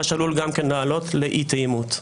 מה שעלול גם כן לעלות לאי תאימות.